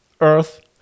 earth